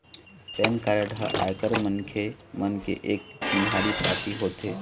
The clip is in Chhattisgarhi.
पेन कारड ह आयकर मनखे मन के एक चिन्हारी पाती होथे